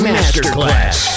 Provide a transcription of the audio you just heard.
Masterclass